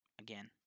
again